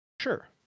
Sure